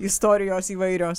istorijos įvairios